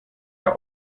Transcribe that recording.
der